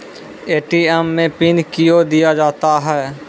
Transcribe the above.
ATM मे pin कयो दिया जाता हैं?